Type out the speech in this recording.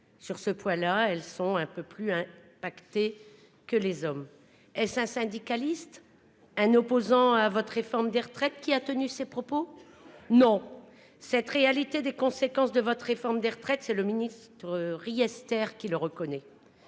sur ce point là elles sont un peu plus un paqueté que les hommes et syndicalistes, un opposant à votre réforme des retraites qui a tenu ces propos. Non. Cette réalité, des conséquences de votre réforme des retraites, c'est le ministre Riester qui le reconnaît.